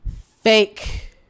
fake